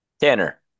Tanner